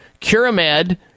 Curamed